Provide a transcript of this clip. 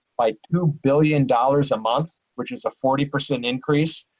by two billion dollars a month, which is a forty percent increase.